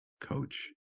coach